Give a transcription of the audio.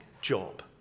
job